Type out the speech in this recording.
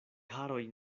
haroj